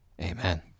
Amen